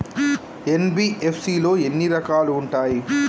NBFC లో ఎన్ని రకాలు ఉంటాయి?